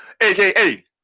AKA